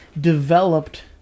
developed